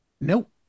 Nope